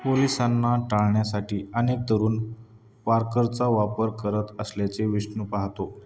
पोलिसांना टाळण्यासाठी अनेक तरुण पार्करचा वापर करत असल्याचे विष्णु पाहतो